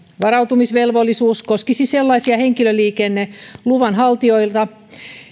varautumisvelvollisuus koskisi sellaisia henkilöliikenneluvan haltijoita